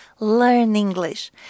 learnenglish